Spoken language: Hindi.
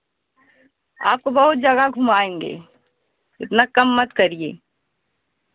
आपको बहुत जगह घुमाएँगे इतना कम मत करिए